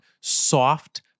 soft